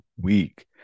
week